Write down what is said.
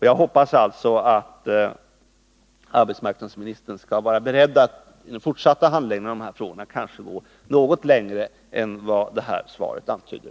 Jag hoppas alitså att arbetsmarknadsministern skall vara beredd att i den fortsatta handläggningen av dessa frågor gå något längre än interpellationssvaret antyder.